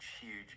huge